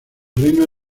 reino